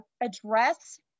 address